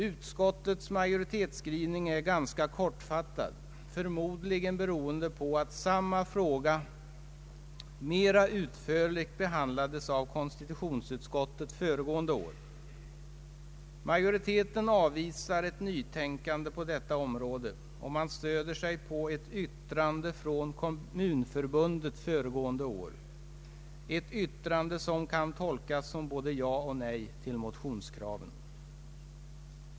Utskottets majoritetsskrivning är ganska kortfattad, förmodligen beroende på att samma fråga mera utförligt behandlades av konstitutionsutskottet föregående år. Majoriteten avvisar ett nytänkande på detta område, och man stöder sig på ett yttrande från kommunförbundet föregående år, ett yttrande som kan tolkas som både ja och nej till motionskraven.